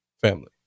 family